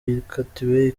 yakatiwe